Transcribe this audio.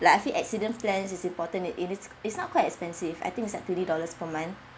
like I feel accident plan is important it is it's not quite expensive I think is at twenty dollars per month